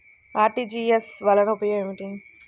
RTGS వలన ఉపయోగం ఏమిటీ?